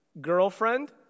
girlfriend